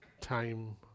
time